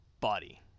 Body